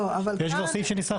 כי יש כבר סעיף שניסחתם.